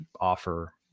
offer